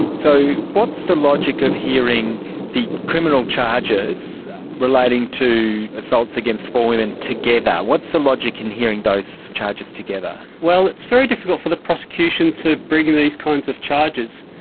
so, what's the logic of hearing the criminal charges relating to assaults against four women together? what's the logic in hearing those charges together? well, it's very difficult for the prosecution to bring these kinds of charges,